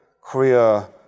Korea